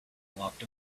walked